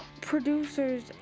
producer's